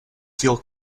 feel